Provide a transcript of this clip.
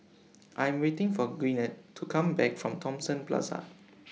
I Am waiting For Gwyneth to Come Back from Thomson Plaza